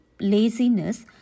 Laziness